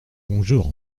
bonjour